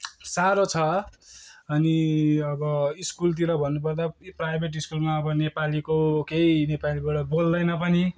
साह्रो छ अनि अब स्कुलतिर भन्नुपर्दा प्राइभेट स्कुलमा अब नेपालीको केही र नेपालीबाट बोल्दैन पनि